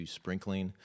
sprinkling